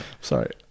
Sorry